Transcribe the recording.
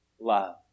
love